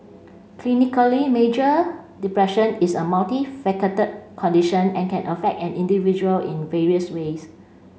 clinically major depression is a condition and can affect an individual in various ways